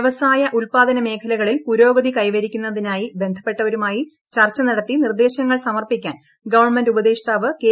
വൃവസായ ഉത്പാദന മേഖലകളിൽ പുരോഗതി കൈവരിക്കുന്നതിനായി ബന്ധപ്പെട്ടവരുമായി ചർച്ച നടത്തി നിർദ്ദേശങ്ങൾ സമർപ്പിക്കാൻ ഗവൺമെന്റ് ഉപദേഷ്ടാവ് കെ